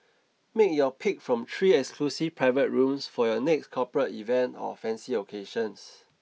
make your pick from three exclusive private rooms for your next corporate event or fancy occasions